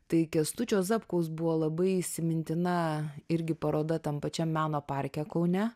tai kęstučio zapkaus buvo labai įsimintina irgi paroda tam pačiam meno parke kaune